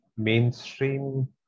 mainstream